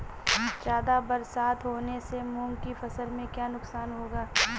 ज़्यादा बरसात होने से मूंग की फसल में क्या नुकसान होगा?